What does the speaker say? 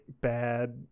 bad